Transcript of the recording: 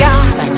God